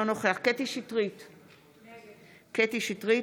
אינו נוכח קטי קטרין שטרית,